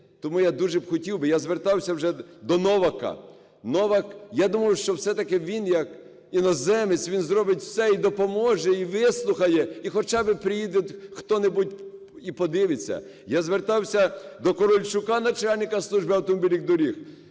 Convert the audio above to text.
Тому я дуже б хотів, я звертався вже до Новака, Новак... Я думав, що, все-таки, він як іноземець, він зробить все і допоможе, і вислухає, і хоча би приїде хто-небудь і подивиться. Я звертався до Корольчука, начальника служби автомобільних доріг,